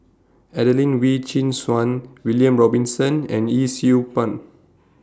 Adelene Wee Chin Suan William Robinson and Yee Siew Pun